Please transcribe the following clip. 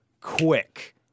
quick